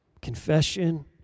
Confession